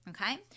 Okay